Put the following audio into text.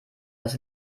dass